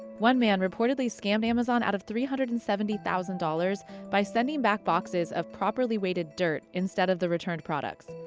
one man reportedly scammed amazon out of three hundred and seventy thousand dollars by sending back boxes of properly weighted dirt instead of the returned products.